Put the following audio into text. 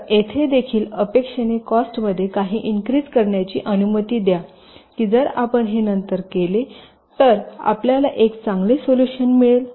तर येथे देखील अपेक्षेने कॉस्टमध्ये काही इनक्रिज करण्याची अनुमती द्या की जर आपण हे नंतर केले तर आपल्याला एक चांगले सोल्युशन मिळेल